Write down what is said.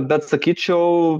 bet sakyčiau